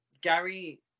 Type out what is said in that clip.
Gary